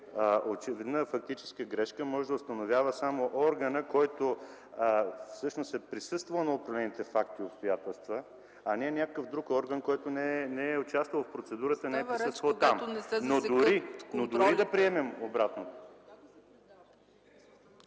очевидна фактическа грешка може да установява само органът, който всъщност е присъствал на определените факти и обстоятелства, а не някакъв друг орган, който не е участвал в процедурата, не е присъствал там. ПРЕДСЕДАТЕЛ ЦЕЦКА